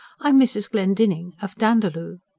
i am mrs glendinning of dandaloo.